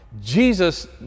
Jesus